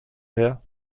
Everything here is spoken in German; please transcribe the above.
her